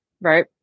right